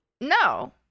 No